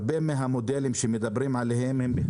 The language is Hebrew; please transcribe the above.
הרבה מהמודלים עליהם מדברים,